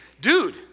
dude